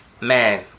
man